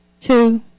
Two